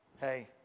Hey